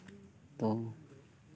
ᱛᱚ